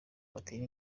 batere